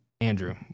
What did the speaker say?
Andrew